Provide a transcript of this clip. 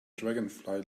dragonfly